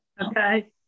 Okay